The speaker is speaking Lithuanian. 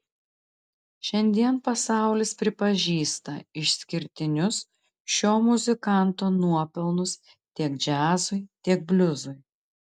šiandien pasaulis pripažįsta išskirtinius šio muzikanto nuopelnus tiek džiazui tiek bliuzui